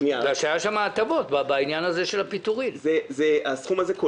בגלל ההטבות שהיו בעניין הפיטורים.